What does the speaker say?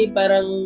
parang